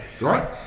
Right